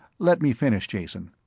let me finish, jason.